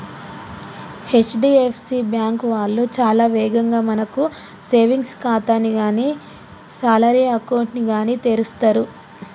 HDFC bank వాళ్ళు చాలా వేగంగా మనకు సేవింగ్స్ ఖాతాని గానీ శాలరీ అకౌంట్ ని గానీ తెరుస్తరు